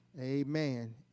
amen